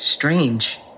Strange